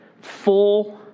full